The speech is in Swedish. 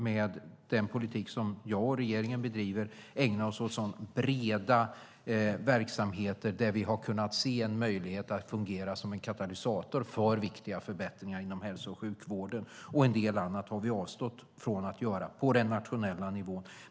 Med den politik som jag och regeringen driver har vi försökt ägna oss åt breda verksamheter där vi har kunnat se en möjlighet att fungera som en katalysator för viktiga förbättringar inom hälso och sjukvården. En del annat har vi avstått från att göra på den nationella nivån.